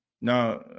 Now